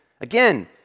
Again